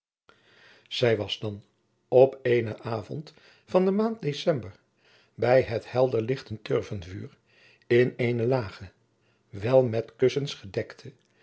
zij was dan op eenen avond van de maand december bij het helder lichtend turvenvuur in eene lage wel met kussens gedekte